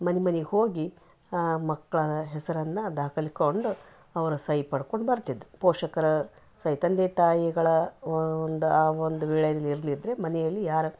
ಮನೆ ಮನಿಗೆ ಹೋಗಿ ಮಕ್ಕಳ ಹೆಸರನ್ನ ದಾಖಲಿಸ್ಕೊಂಡು ಅವರ ಸಹಿ ಪಡ್ಕೊಂಡು ಬರ್ತಿದ್ದರು ಪೋಷಕರ ಸಹಿ ತಂದೆ ತಾಯಿಗಳ ಒಂದು ಆ ಒಂದು ವೇಳೆಯಲ್ಲಿ ಇರ್ಲಿದ್ದರೆ ಮನೆಯಲ್ಲಿ ಯಾರು